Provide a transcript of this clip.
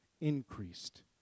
increased